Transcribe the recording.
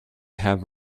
have